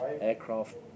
aircraft